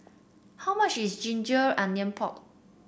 how much is ginger onion pork